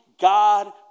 God